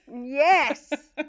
Yes